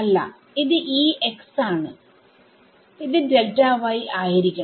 അല്ല ഇത് Ex ആണ് ഇത് ആയിരിക്കണം